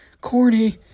Corny